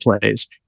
plays